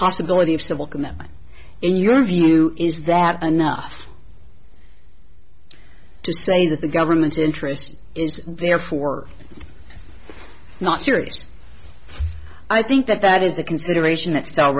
possibility of civil commitment in your view is that enough to say that the government's interest is therefore not serious i think that that is a consideration that s